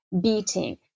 beating